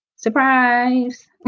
Surprise